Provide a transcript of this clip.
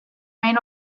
main